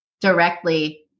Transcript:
directly